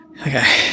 Okay